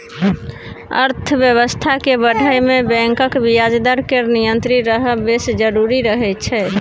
अर्थबेबस्था केँ बढ़य मे बैंकक ब्याज दर केर नियंत्रित रहब बेस जरुरी रहय छै